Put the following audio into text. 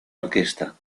orquesta